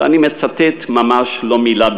ואני מצטט ממש לא מילה במילה,